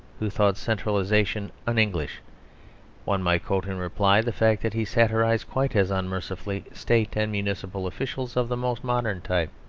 who thought centralisation un-english one might quote in reply the fact that he satirised quite as unmercifully state and municipal officials of the most modern type.